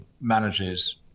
manages